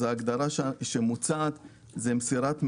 ההגדרה שמוצעת היא: "מסירת מידע,